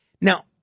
Now